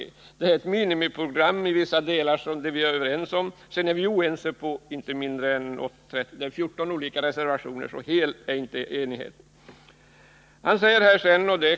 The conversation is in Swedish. Det vi är överens om är ett minimiprogram i vissa delar, men sedan är vi oense. Och det är vi i fråga om inte mindre än 14 olika reservationer, så särskilt hel är inte enigheten.